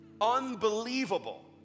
unbelievable